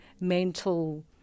mental